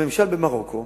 הממשל במרוקו,